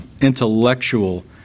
intellectual